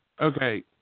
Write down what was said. Okay